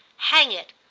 hang it,